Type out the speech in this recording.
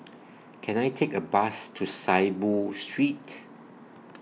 Can I Take A Bus to Saiboo Street